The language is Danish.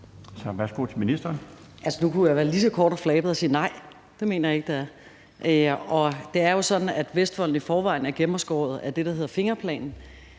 (Pernille Rosenkrantz-Theil): Nu kunne jeg være lige så kort og flabet og sige, at nej, det mener jeg ikke det er. Det er jo sådan, at Vestvolden i forvejen er gennemskåret af det, der hedder fingerplanen,